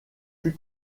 plus